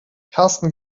karsten